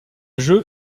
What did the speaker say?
jeu